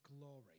glory